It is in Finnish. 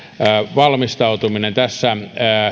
valmistautuminen varmasti pysyvät